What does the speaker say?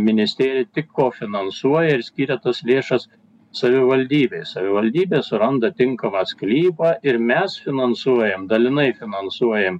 ministerija tik kofinansuoja ir skiria tas lėšas savivaldybei savivaldybė suranda tinkamą sklypą ir mes finansuojam dalinai finansuojam